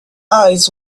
eyes